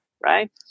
right